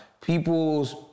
people's